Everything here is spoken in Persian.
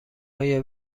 های